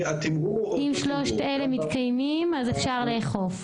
אם שלושת אלה מתקיימים אז אפשר לאכוף?